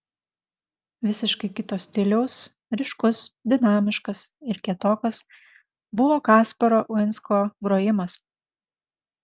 visiškai kito stiliaus ryškus dinamiškas ir kietokas buvo kasparo uinsko grojimas